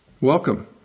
welcome